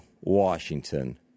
Washington